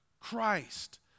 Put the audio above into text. Christ